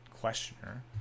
questioner